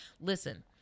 listen